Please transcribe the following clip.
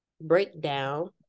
breakdown